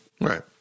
Right